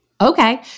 Okay